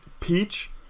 Peach